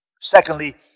Secondly